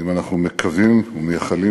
ואם אנחנו מקווים ומייחלים,